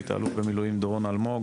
האלוף במילואים דורון אלמוג